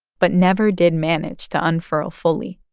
but never did manage to unfurl fully.